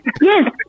Yes